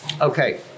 Okay